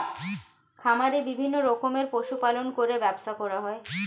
খামারে বিভিন্ন রকমের পশু পালন করে ব্যবসা করা হয়